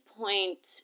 point